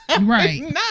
right